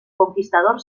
conquistador